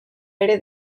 ere